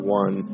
one